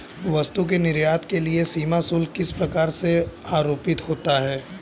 वस्तु के निर्यात के लिए सीमा शुल्क किस प्रकार से आरोपित होता है?